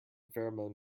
pheromone